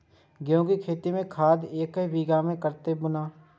गेंहू के खेती में खाद ऐक बीघा में कते बुनब?